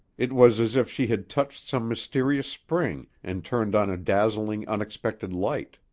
it was as if she had touched some mysterious spring and turned on a dazzling, unexpected light.